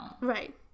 Right